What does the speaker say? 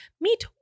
Meet